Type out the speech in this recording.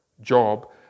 Job